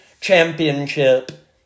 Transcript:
Championship